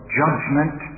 judgment